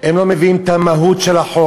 הם לא מבינים את המהות של החוק,